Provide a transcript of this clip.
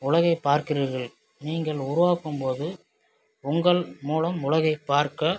உலகை பார்க்றீர்கள் நீங்கள் உருவாக்கும்போது உங்கள் மூலம் உலகை பார்க்க